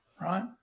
right